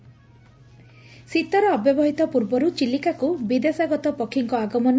ଶୀତର ଅବ୍ୟବହିତ ପୂର୍ବରୁ ଚିଲିକାକୁ ବିଦେଶାଗତ ପକ୍ଷୀଙ୍କ ଆଗମନ